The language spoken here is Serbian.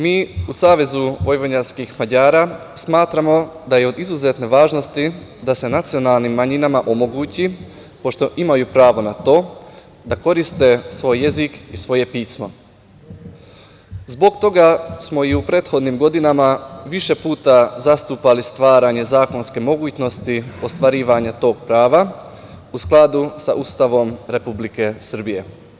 Mi u SVM smatramo da je od izuzetne važnosti da se nacionalnim manjinama omogući pošto imaju prava na to da koriste svoj jezik i svoje pismo, zbog toga smo i u prethodnim godinama više puta zastupali stvaranje zakonske mogućnosti, ostvarivanje tog prava u skladu sa Ustavom Republike Srbije.